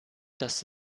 das